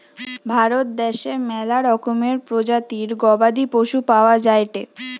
ভারত দ্যাশে ম্যালা রকমের প্রজাতির গবাদি পশু পাওয়া যায়টে